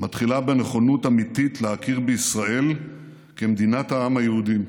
מתחילה בנכונות אמיתית להכיר בישראל כמדינת העם היהודי.